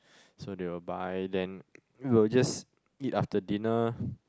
so they will buy then we will just eat after dinner